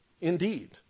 Indeed